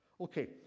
Okay